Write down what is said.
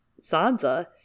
Sansa